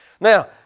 Now